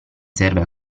serve